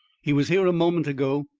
he was here a moment ago.